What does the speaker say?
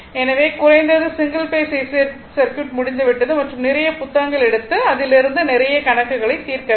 எனவே குறைந்தது single phase AC circuit முடிந்துவிட்டது மற்றும் நிறைய புத்தகங்கள் எடுத்து அதில் இருந்து நிறைய கணக்குகளை தீர்க்க வேண்டும்